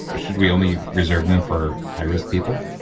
but should we only reserve them for high risk people?